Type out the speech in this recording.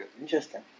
Interesting